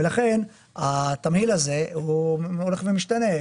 ולכן התמהיל הזה הולך ומשתנה,